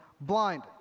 blind